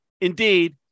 indeed-